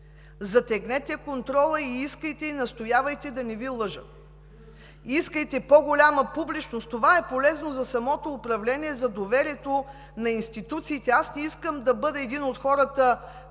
Затегнете контрола, искайте, настоявайте да не Ви лъжат! Искайте по-голяма публичност! Това е полезно за самото управление, за доверието към институциите. Аз не искам да бъда един от хората,